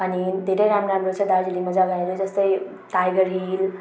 अनि धेरै राम्रो राम्रो छ दार्जिलिङमा जगाहरू जस्तै टाइगर हिल